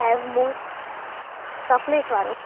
Havmor chocolate वारो